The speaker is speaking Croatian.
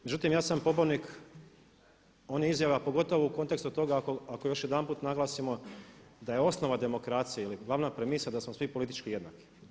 Međutim, ja sam pobornik onih izjava pogotovo u kontekstu toga ako još jedanput naglasimo da je osnova demokracije ili glavna premisa da smo svi politički jednaki.